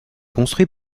construit